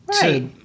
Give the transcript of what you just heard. Right